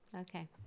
Okay